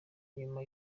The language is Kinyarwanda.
nyuma